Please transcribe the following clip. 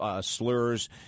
slurs